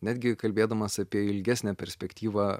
netgi kalbėdamas apie ilgesnę perspektyvą